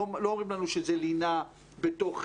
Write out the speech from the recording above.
לא אומרים לנו שזה לינה בתוך